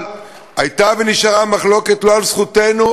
אבל הייתה ונשארה מחלוקת לא על זכותנו,